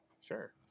Sure